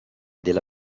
della